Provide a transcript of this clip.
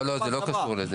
לא לא זה לא קשור לזה